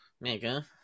mega